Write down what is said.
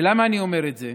ולמה אני אומר את זה?